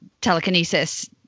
telekinesis